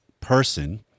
person